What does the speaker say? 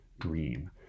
dream